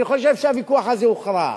אני חושב שהוויכוח הזה הוכרע.